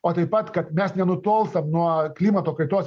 o taip pat kad mes nenutolstam nuo klimato kaitos